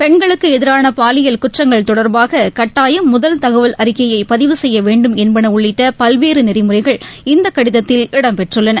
பெண்களுக்கு எதிரான பாலியல் குற்றங்கள் தொடர்பாக கட்டாயம் முதல் தகவல் அறிக்கையை பதிவு செய்ய வேண்டும் என்பன உள்ளிட்ட பல்வேறு நெறிமுறைகள் இந்த கடிதத்தில் இடம் பெற்றுள்ளன